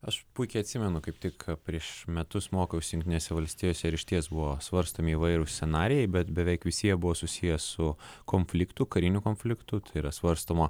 aš puikiai atsimenu kaip tik prieš metus mokiausi jungtinėse valstijose ir išties buvo svarstomi įvairūs scenarijai bet beveik visi jie buvo susiję su konfliktų karinių konfliktų yra svarstoma